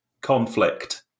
conflict